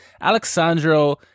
Alexandro